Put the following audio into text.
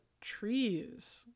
trees